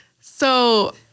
So-